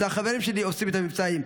זה החברים שלי עושים את המבצעים.